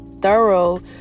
thorough